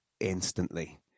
instantly